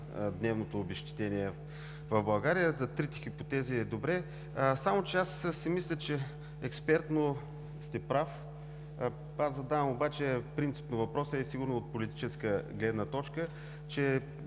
дневното обезщетение в България. За трите хипотези е добре. Аз си мисля, че експертно сте прав. Задавам обаче принципно въпроса и сигурно от политическа гледна точка си